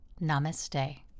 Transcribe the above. Namaste